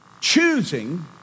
choosing